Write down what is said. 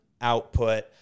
output